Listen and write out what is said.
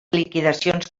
liquidacions